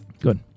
Good